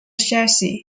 chassis